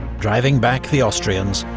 driving back the austrians,